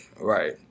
right